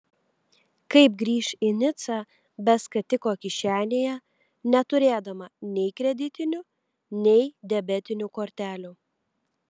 kaip grįš į nicą be skatiko kišenėje neturėdama nei kreditinių nei debetinių kortelių